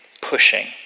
pushing